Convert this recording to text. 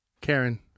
Karen